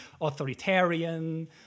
authoritarian